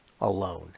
alone